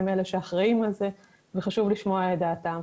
הם אלה שאחראים על זה וחשוב לשמוע את דעתם.